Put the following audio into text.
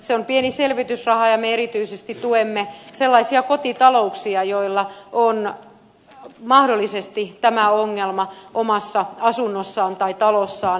se on pieni selvitysraha ja me erityisesti tuemme sellaisia kotitalouksia joilla on mahdollisesti tämä ongelma omassa asunnossaan tai talossaan